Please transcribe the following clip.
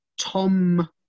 tom